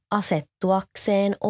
asettuakseen